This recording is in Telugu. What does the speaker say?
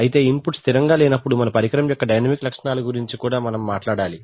అయితే ఇన్పుట్ స్థిరంగా లేనప్పుడు మన పరికరం యొక్క డైనమిక్ లక్షణముల గురించి కూడా మాట్లాడాలి